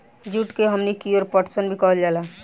जुट के हमनी कियोर पटसन भी कहल जाला